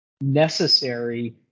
necessary